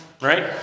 Right